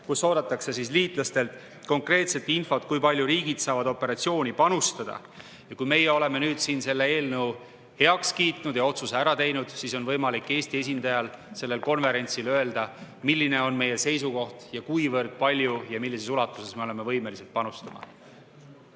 kus oodatakse liitlastelt konkreetset infot, kui palju saavad riigid operatsiooni panustada. Ja kui meie nüüd siin selle eelnõu heaks kiidame ja otsuse ära teeme, siis on võimalik Eesti esindajal sellel konverentsil öelda, milline on meie seisukoht ja kuivõrd palju ja millises ulatuses me oleme võimelised panustama.